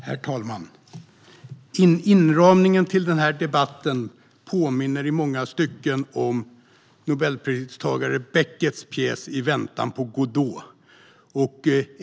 Herr talman! Inramningen till den här debatten påminner i många stycken om Nobelpristagare Becketts pjäs I väntan på Godot .